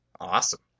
Awesome